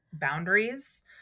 boundaries